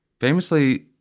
famously